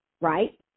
right